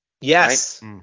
Yes